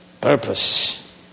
Purpose